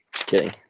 Okay